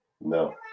No